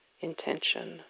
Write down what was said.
intention